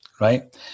right